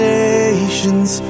nations